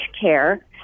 care